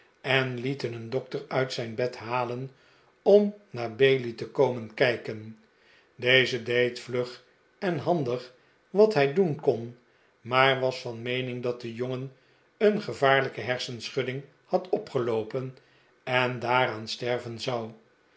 en lieten een dokter uit zijn bed halen om naar bailey te komen kijken deze deed vlug en handig wat hij doen kon maar was van meening dat de jongen een gevaarlijke hersenschudding had opgeloopen en daaraan sterven zou